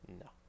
No